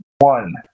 one